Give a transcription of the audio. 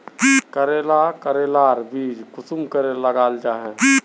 करेला करेलार बीज कुंसम करे लगा जाहा?